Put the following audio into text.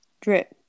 Drip